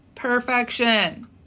perfection